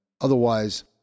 Otherwise